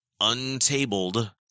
untabled